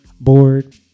bored